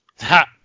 Ha